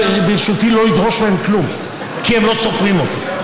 ברשותי לא לדרוש מהן כלום, כי הן לא סופרות אותי.